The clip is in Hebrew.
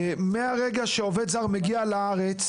מהרגע שבו עובד זר מגיע לארץ,